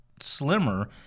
slimmer